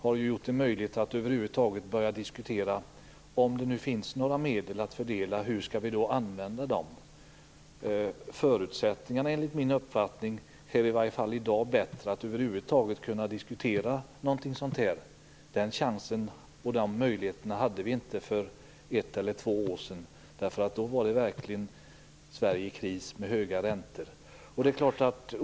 Den har gjort det möjligt att börja diskutera hur vi skall använda de medel som kan finnas att fördela. Förutsättningarna för att över huvud taget kunna diskutera detta är i dag, enligt min uppfattning, i alla fall bättre än tidigare. Den chansen, de möjligheterna, hade vi inte för ett eller två år sedan, för då var Sverige verkligen i kris. Räntorna var höga.